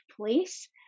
place